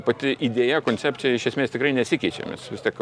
pati idėja koncepcija iš esmės tikrai nesikeičia nes vis tiek